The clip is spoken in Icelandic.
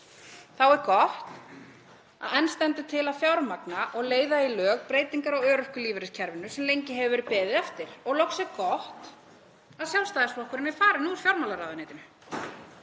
Þá er gott að enn stendur til að fjármagna og leiða í lög breytingar á örorkulífeyriskerfinu sem lengi hefur verið beðið eftir. Og loks er gott að Sjálfstæðisflokkurinn er farinn úr fjármálaráðuneytinu.